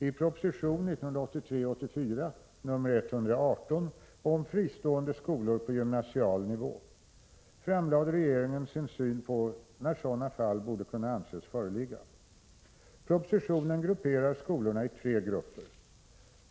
I proposition 1983/84:118 om fristående skolor på gymnasial nivå framlade regeringen sin syn på när sådana fall borde kunna anses föreligga. Propositionen grupperar skolorna i tre grupper.